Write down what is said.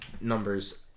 numbers